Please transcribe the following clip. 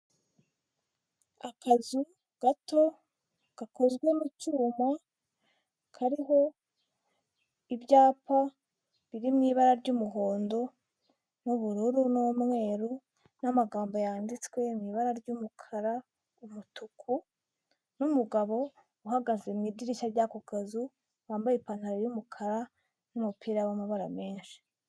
akazu gato gakozwe mu cyuma kariho ibyapa biri mu ibara ry'umuhondo n'ubururu n'umweru n'amagambo yanditswe m'ibara ry'umukara umutuku n'umugabo uhagaze mu idirishya ryako kazu wambaye ipantaro y'umukara n'umupira w'amabara menshi.